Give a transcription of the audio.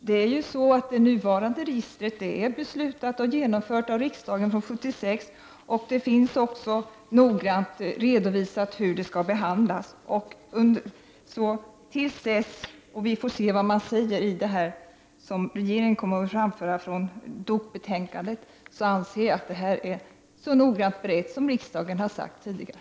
Herr talman! Det nuvarande registret fattade riksdagen beslut om och genomförde 1976. Det finns också noggrant redovisat hur det skall behandlas. Tills vi får se vad regeringen kommer att framföra med anledning av DOK betänkandet anser jag att ärendet är så noggrant berett som riksdagen har sagt tidigare.